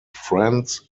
friends